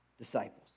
disciples